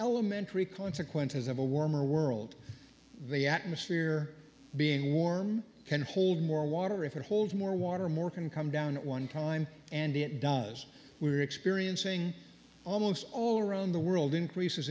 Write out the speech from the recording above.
elementary consequences of a warmer world the atmosphere being warm can hold more water if it holds more water more can come down at one time and it does we are experiencing almost all around the world increases